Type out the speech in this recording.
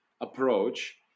approach